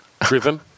driven